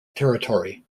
territory